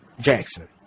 Jackson